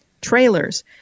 trailers